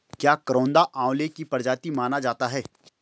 क्या करौंदा आंवले की प्रजाति माना जाता है?